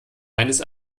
meines